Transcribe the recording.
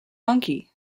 monkey